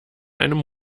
einem